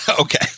Okay